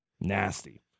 Nasty